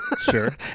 Sure